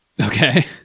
Okay